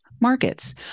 markets